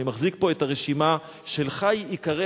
אני מחזיק פה את הרשימה של ח"י עיקרי